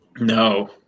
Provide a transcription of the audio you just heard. No